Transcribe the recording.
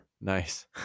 Nice